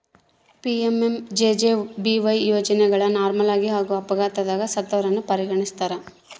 PMMJJBY ಯೋಜನೆಗ ನಾರ್ಮಲಾಗಿ ಹಾಗೂ ಅಪಘಾತದಗ ಸತ್ತವರನ್ನ ಪರಿಗಣಿಸ್ತಾರ